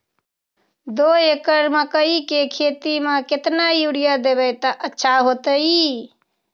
दो एकड़ मकई के खेती म केतना यूरिया देब त अच्छा होतई?